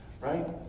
right